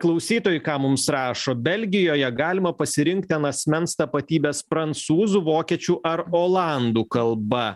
klausytojai ką mums rašo belgijoje galima pasirinkti ant asmens tapatybės prancūzų vokiečių ar olandų kalba